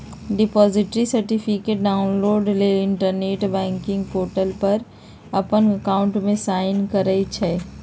deposit certificate download लेल internet banking portal पर अप्पन अकाउंट में साइन करइ छइ